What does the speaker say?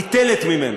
ניטלת ממנו.